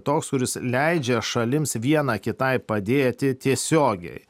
toks kuris leidžia šalims viena kitai padėti tiesiogiai